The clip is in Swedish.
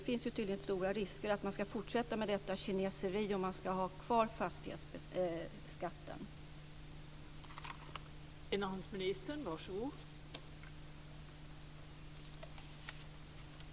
Riskerna är stora att man fortsätter med detta kineseri om fastighetsskatten ska vara kvar.